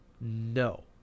No